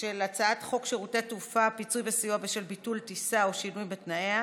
של הצעת חוק שירותי תעופה (פיצוי וסיוע בשל ביטול טיסה או שינוי בתנאיה)